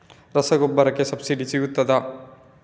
ರಸಗೊಬ್ಬರಕ್ಕೆ ಸಬ್ಸಿಡಿ ಸಿಗ್ತದಾ?